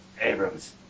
Abrams